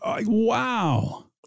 wow